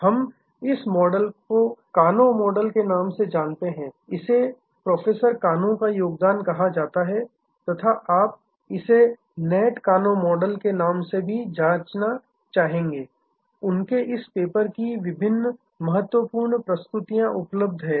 हम इस मॉडल को कानो मॉडल के नाम से जानते हैं इसे प्रोफ़ेसर कानों का योगदान भी कहा जाता है तथा आप इसे नेट कानो मॉडल के नाम से भी जांचना चाहेंगे उनके इस पेपर की विभिन्न महत्वपूर्ण प्रस्तुतियां उपलब्ध है